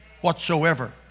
whatsoever